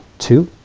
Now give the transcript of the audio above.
two